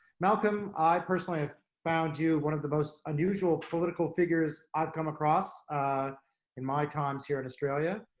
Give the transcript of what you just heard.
malcolm, i personally have found you one of the most unusual political figures i've come across in my times here at australia.